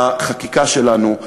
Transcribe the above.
בחקיקה שלנו,